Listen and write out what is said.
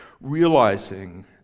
realizing